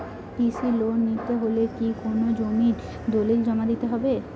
কৃষি লোন নিতে হলে কি কোনো জমির দলিল জমা দিতে হবে?